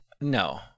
No